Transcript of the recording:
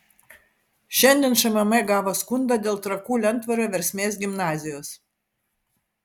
šiandien šmm gavo skundą dėl trakų lentvario versmės gimnazijos